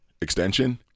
extension